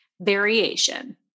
variation